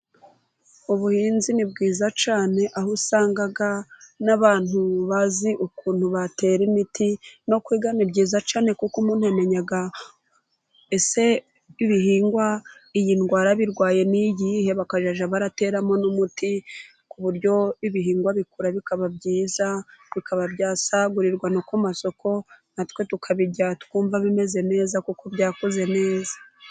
Ubuhinzi ni bwiza cyane aho usanga n'abantu bazi ukuntu batera imiti. No kwiga ni byiza cyane kuko umuntu amenya ese ibihingwa iyi ndwara birwaye ni iyihe bakajya bateramo n'umuti ku buryo ibihingwa bikura bikaba byiza, bikaba byasagurirwa no ku masoko, natwe tukabirya twumva bimeze neza kuko byakuze neza.